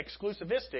exclusivistic